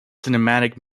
cinematic